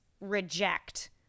reject